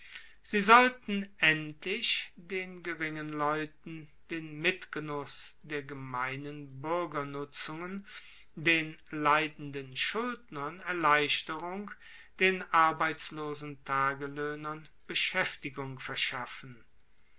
sie sollten endlich den geringen leuten den mitgenuss der gemeinen buergernutzungen den leidenden schuldnern erleichterung den arbeitslosen tageloehnern beschaeftigung verschaffen